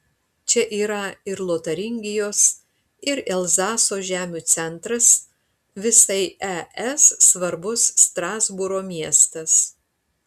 čia yra ir lotaringijos ir elzaso žemių centras visai es svarbus strasbūro miestas